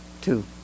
two